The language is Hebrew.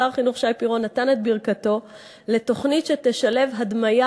שר החינוך שי פירון נתן את ברכתו לתוכנית שתשלב הדמיה